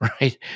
right